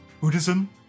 Buddhism